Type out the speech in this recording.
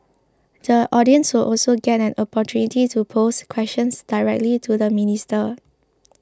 the audience will also get an opportunity to pose questions directly to the minister